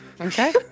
Okay